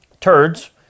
turds